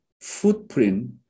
footprint